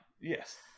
Yes